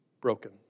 broken